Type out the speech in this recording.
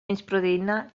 proteïna